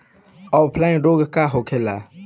Offline रोग का होखे?